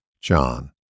John